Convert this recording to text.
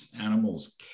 animals